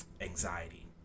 anxiety